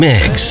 Mix